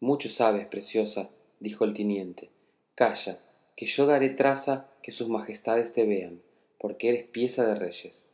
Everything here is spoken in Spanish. mucho sabes preciosa dijo el tiniente calla que yo daré traza que sus majestades te vean porque eres pieza de reyes